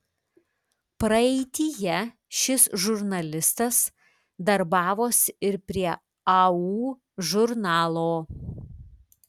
praeityje šis žurnalistas darbavosi ir prie au žurnalo